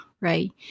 right